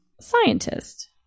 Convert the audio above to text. scientist